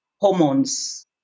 hormones